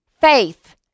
faith